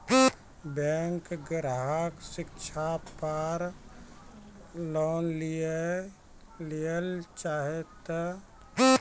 Bank ग्राहक शिक्षा पार लोन लियेल चाहे ते?